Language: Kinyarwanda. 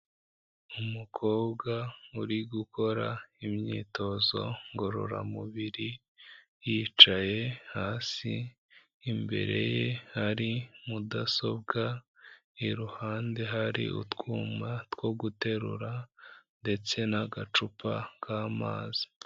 Umukobwa uri gukora imyitozo ngororamubiri yicaye hasi, imbere ye hari mudasobwa iruhande hari utwuma two guterura ndetse n'agacupa k'amazi.